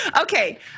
Okay